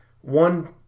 one